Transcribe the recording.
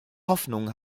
hoffnung